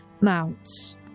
mounts